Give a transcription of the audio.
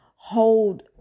hold